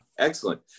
Excellent